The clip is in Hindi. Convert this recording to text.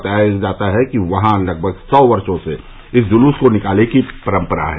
बताया गया है कि वहां लगभग सौ वर्षो से इस जुलूस को निकालने की परम्परा है